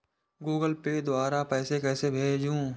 Google Pay द्वारा पैसे कैसे भेजें?